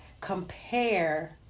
compare